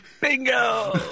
Bingo